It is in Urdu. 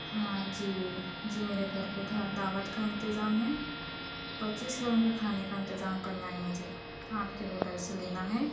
ہاں جی جی میرے گھر پہ دعوت کا انتظام ہے پچیس لوگوں کے کھانے کا انتظام کرنا ہے مجھے آپ کے ہوٹل سے لینا ہے